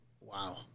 Wow